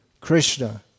Krishna